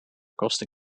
kosten